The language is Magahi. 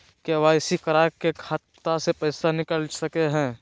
के.वाई.सी करा के खाता से पैसा निकल सके हय?